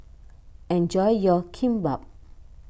enjoy your Kimbap